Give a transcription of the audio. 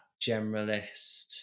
generalist